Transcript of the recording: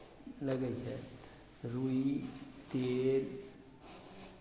लगै छै रूइ तेल